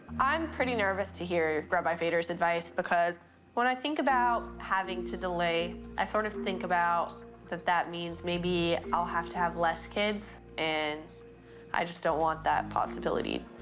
i'm pretty nervous to hear rabbi feder's advice, because when i think about having to delay, i sort of think about that that means maybe i'll have to have less kids, and i just don't want that possibility.